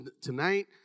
tonight